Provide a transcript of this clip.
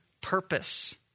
purpose